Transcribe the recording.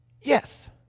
Yes